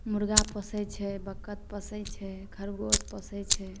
मुर्गा पोसै छै बतख पोसै छै खरगोश पोसै छै